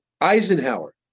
Eisenhower